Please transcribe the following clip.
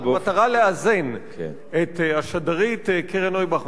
במטרה לאזן את השדרית קרן נויבך,